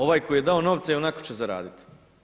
Ovaj koji je dao novce ionako će zaraditi.